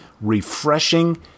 refreshing